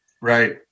Right